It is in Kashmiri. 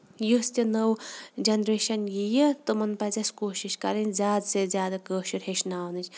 یُس تہٕ نٔو جینریشن یہِ تِمن پَزِ کوٗشش کرٕنۍ زیادٕ سے زیادٕ کٲشِر ہٮ۪چھناونٕچ